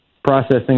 processing